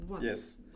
Yes